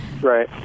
Right